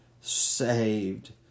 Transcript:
saved